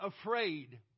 afraid